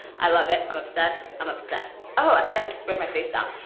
i love it. i'm obsessed, i'm obsessed. oh, i forgot to spray my face down.